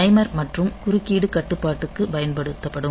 timer மற்றும் குறுக்கீடு கட்டுப்பாட்டுக்கு பயன்படுத்தப்படும்